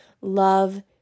love